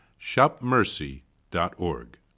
shopmercy.org